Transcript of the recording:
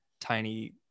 tiny